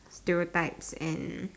stereotypes and